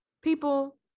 people